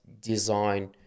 design